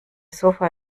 sofa